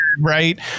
right